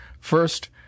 First